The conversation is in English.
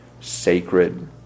sacred